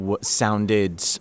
sounded